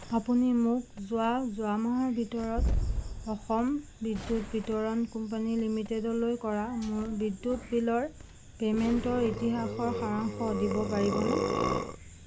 আপুনি মোক যোৱা যোৱা মাহৰ ভিতৰত অসম বিদ্যুৎ বিতৰণ কোম্পানী লিমিটেডলৈ কৰা মোৰ বিদ্যুৎ বিলৰ পে'মেণ্টৰ ইতিহাসৰ সাৰাংশ দিব পাৰিবনে